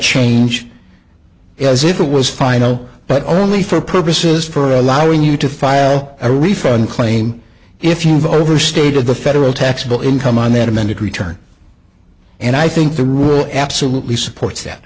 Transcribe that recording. change as if it was final but only for purposes for allowing you to file a refund claim if you've overstated the federal tax bill income on that amended return and i think the rule absolutely supports that